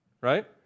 right